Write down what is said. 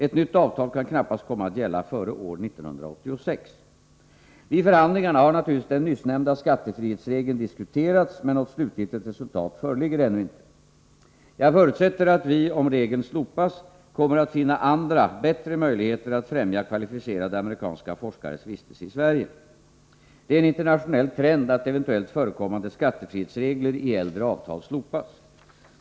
Ett nytt avtal kan knappast komma att gälla före år 1986. Vid förhandlingarna har naturligtvis den nyssnämnda skattefrihetsregeln diskuterats, men något slutgiltigt resultat föreligger ännu inte. Jag förutsätter att vi, om regeln slopas, kommer att finna andra, bättre möjligheter att främja kvalificerade amerikanska forskares vistelse i Sverige. Det är en internationell trend att eventuellt förekommande skattefrihetsregler i äldre avtal slopas.